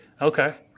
okay